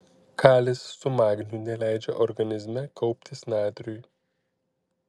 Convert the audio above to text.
kalis su magniu neleidžia organizme kauptis natriui